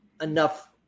enough